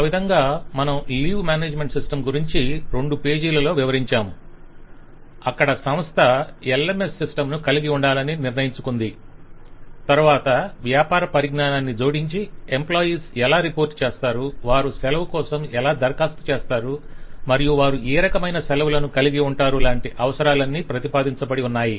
ఆ విధంగా మనము లీవ్ మ్యానేజ్మెంట్ సిస్టమ్ గురించి 2 పేజీలలో వివరించాము అక్కడ సంస్థ LMS సిస్టమ్ ను కలిగి ఉండాలని నిర్ణయించుకుంది తరవాత వ్యాపార పరిజ్ఞానాన్ని జోడించి ఎంప్లాయిస్ ఎలా రిపోర్ట్ చేస్తారు వారు సెలవు కోసం ఎలా దరఖాస్తు చేస్తారు మరియు వారు ఏ రకమైన సెలవులను కలిగి ఉన్నారు లాంటి అవసరాలన్నీ ప్రతిపాదించబడి ఉన్నాయి